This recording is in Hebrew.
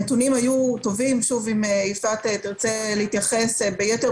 הנתונים היו טובים, נתנו לזה ביטוי